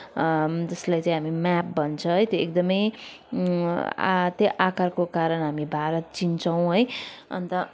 जसलाई चाहिँ हामी म्याप भन्छ है त्यो एकदमै त्यही आकारको कारण हामी भारत चिन्छौँ है अन्त